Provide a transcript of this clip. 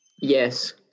Yes